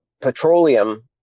petroleum